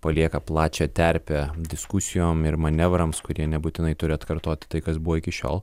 palieka plačią terpę diskusijom ir manevrams kurie nebūtinai turi atkartoti tai kas buvo iki šiol